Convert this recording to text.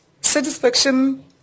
satisfaction